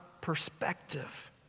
perspective